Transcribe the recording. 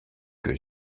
que